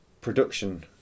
production